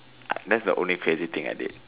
I that's the only crazy thing I did